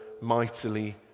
mightily